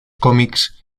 cómics